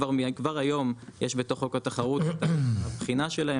כבר היום יש בתוך חוק התחרות בחינה שלהם